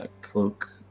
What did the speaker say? Cloak